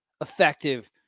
effective